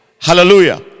Hallelujah